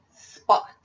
spot